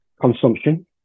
Consumption